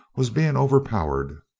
was being overpowered,